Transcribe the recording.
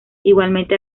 igualmente